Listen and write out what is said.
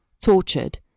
tortured